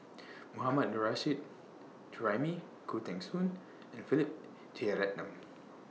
Mohammad Nurrasyid Juraimi Khoo Teng Soon and Philip Jeyaretnam